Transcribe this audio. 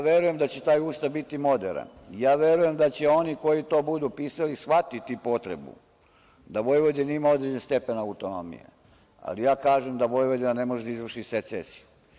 Verujem da će taj ustav biti moderan, verujem da će oni koji to budu pisali shvatiti potrebu da Vojvodini ima određen stepen autonomije, ali ja kažem da Vojvodina ne može da izvrši secesiju.